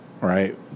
Right